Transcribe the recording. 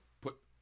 put